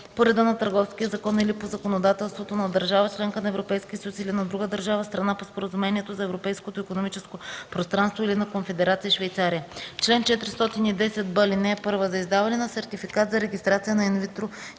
по реда на Търговския закон или по законодателството на държава – членка на Европейския съюз, или на друга държава – страна по Споразумението за Европейското икономическо пространство, или на Конфедерация Швейцария. Чл. 410б. (1) За издаване на сертификат за регистрация на инвитро